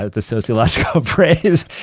ah the sociological praise,